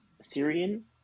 syrian